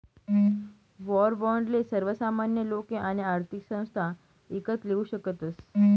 war बाॅन्डले सर्वसामान्य लोके आणि आर्थिक संस्था ईकत लेवू शकतस